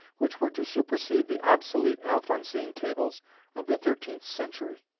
which were to supersede the obsolete alphonsine tables of the thirteenth century.